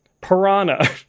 Piranha